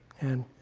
and